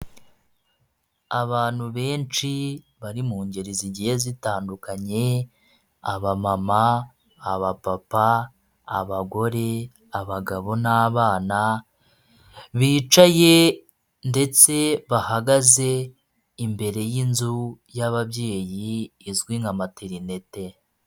Abantu benshi bari mu ngeri zigiye zitandukanye abamama, abapapa, abagore, abagabo n'abana, bicaye ndetse bahagaze imbere y'inzu y'ababyeyi izwi nka materinete.